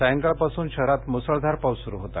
सायकाळपासून शहरात मुसळधार पाऊस सुरू होता